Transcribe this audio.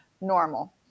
normal